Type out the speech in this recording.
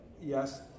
yes